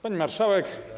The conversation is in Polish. Pani Marszałek!